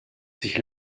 sich